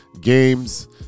games